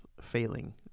failing